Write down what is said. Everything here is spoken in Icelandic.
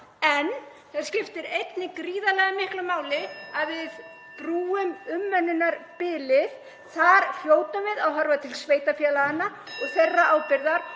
En það skiptir einnig gríðarlega miklu máli að við brúum umönnunarbilið. Þar hljótum við að horfa til sveitarfélaganna og þeirra ábyrgðar